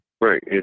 Right